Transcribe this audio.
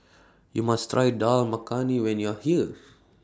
YOU must Try Dal Makhani when YOU Are here